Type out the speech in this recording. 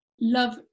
love